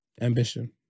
Ambition